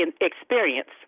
experience